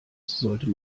sollte